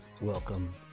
welcome